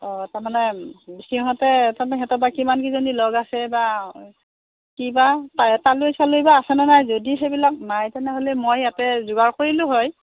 অঁ তাৰমানে সিহঁতে তাৰমানে সিহঁতৰ বা কিমান কিজনী লগ আছে বা কিবা তালৈ চালৈ বা আছেনে নাই যদি সেইবিলাক নাই তেনেহ'লে মই ইয়াতে যোগাৰ কৰিলোঁ হয়